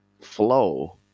flow